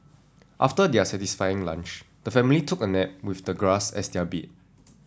after their satisfying lunch the family took a nap with the grass as their bed